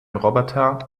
roboter